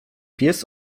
pies